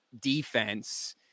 defense